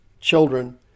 children